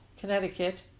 Connecticut